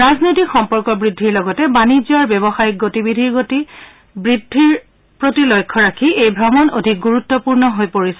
ৰাজনৈতিক সম্পৰ্ক বৃদ্ধিৰ লগতে বাণিজ্য আৰু ব্যৱসায়ীক গতিবিধিৰ গতি বৃদ্ধিৰ প্ৰতি লক্ষ্য ৰাখি এই ভ্ৰমণ অধিক গুৰুত্গূৰ্ণ হৈ পৰিছে